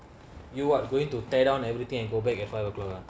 you are going to tear down everything and go back at five o'clock ah